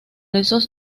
esos